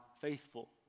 faithful